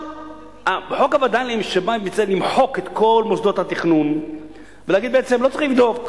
חוק הווד"לים בא למחוק את כל מוסדות התכנון ולהגיד: לא צריך לבדוק,